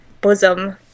bosom